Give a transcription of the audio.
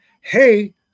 hey